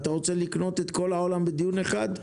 אתה רוצה לקנות את כל העולם בדיון אחד?